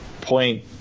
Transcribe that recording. point